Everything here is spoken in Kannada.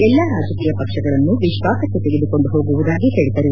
ಎಲ್ಲಾ ರಾಜಕೀಯ ಪಕ್ಷಗಳನ್ನು ವಿಶ್ವಾಸಕ್ಕೆ ತೆಗೆದುಕೊಂಡು ಹೋಗುವುದಾಗಿ ಅವರು ಹೇಳಿದರು